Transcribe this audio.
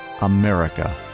America